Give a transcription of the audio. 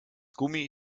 gummi